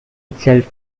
itself